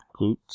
Glutes